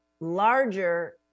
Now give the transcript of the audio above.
larger